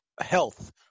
health